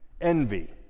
Envy